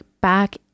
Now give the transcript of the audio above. back